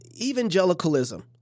evangelicalism